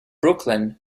brookline